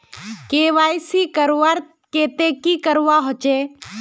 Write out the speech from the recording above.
KYC करवार केते की करवा होचए?